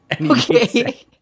Okay